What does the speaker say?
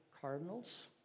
cardinals